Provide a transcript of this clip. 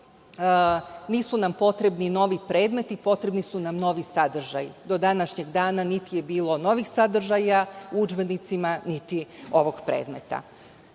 „Nisu nam potrebni novi predmeti, potrebni su nam novi sadržaji“. Do današnjeg dana, niti je bilo novih sadržaja u udžbenicima, niti ovog predmeta. Rekli